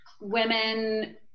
Women